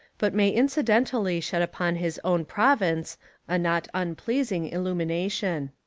but may incidentally shed upon his own province a not unpleasing illumination.